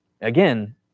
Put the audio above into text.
Again